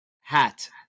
hat